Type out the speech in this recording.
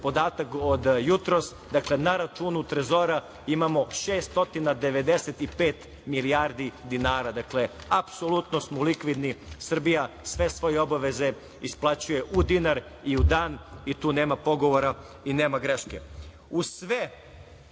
podatak od jutros, na računu Trezora imamo 695 milijardi dinara. Dakle, apsolutno smo likvidni. Srbija sve svoje obaveze isplaćuje u dinar i u dan i tu nema pogovora i nema greške. Uz